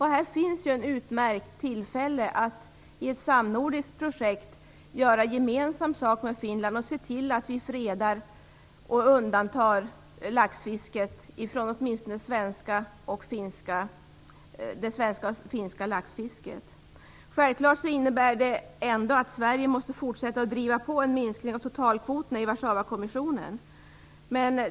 Här finns ett utmärkt tillfälle att i ett samnordiskt projekt göra gemensam sak med Finland och se till att vi fredar laxen för åtminstone det svenska och finska laxfisket. Självklart innebär det att Sverige ändå måste fortsätta att driva på, för en minskning av totalkvoterna i Warszawakommissionen.